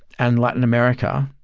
and latin america,